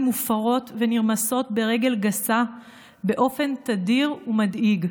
מופרות ונרמסות ברגל גסה באופן תדיר ומדאיג.